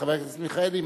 חבר הכנסת מיכאלי,